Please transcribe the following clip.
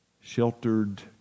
sheltered